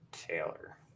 Taylor